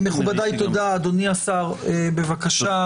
אדוני השר, בבקשה.